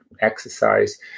exercise